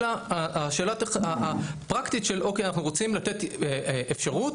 הדעה שלי קצת נחשבת ואני לא אם אין בזה צורך